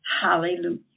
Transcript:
Hallelujah